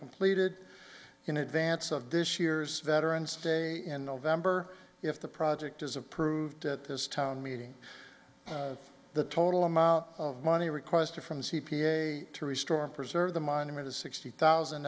completed in advance of this year's veterans day in november if the project is approved at this town meeting the total amount of money requested from c p a to restore and preserve the monument is sixty thousand